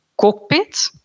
cockpit